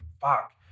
fuck